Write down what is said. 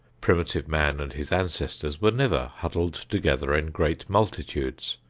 primitive man and his ancestors were never huddled together in great multitudes,